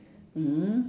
mm